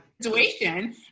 situation